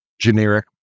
generic